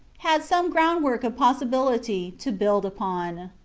had some groundwork of possibility to build upon.